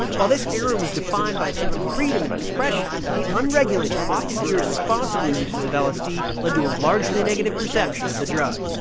while this era was defined by a sense of freedom in expression, the unregulated, often irresponsible uses of lsd led to a largely negative perception of the drug.